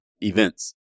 events